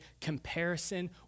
Comparison